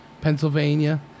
Pennsylvania